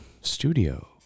studio